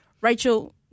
Rachel